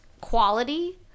quality